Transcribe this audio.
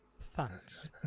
Thanks